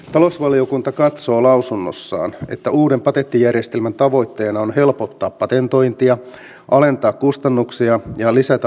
talousvaliokunta katsoo lausunnossaan että uuden patenttijärjestelmän tavoitteena on helpottaa patentointia alentaa kustannuksia ja lisätä oikeusvarmuutta